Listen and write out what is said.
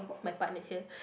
my partner here